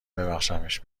ببخشمش